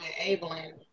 enabling